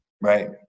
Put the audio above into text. Right